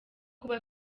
kuba